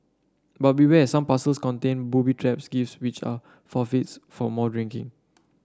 but beware some parcels contain booby traps gifts which are forfeits for more drinking